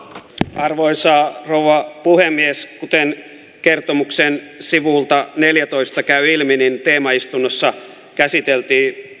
arvoisa rouva puhemies kuten kertomuksen sivulta neljätoista käy ilmi teemaistunnossa käsiteltiin